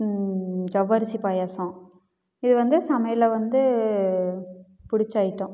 ஜவ்வரிசி பாயாசம் இது வந்து சமையலில் வந்து பிடிச்ச ஐட்டம்